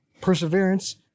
perseverance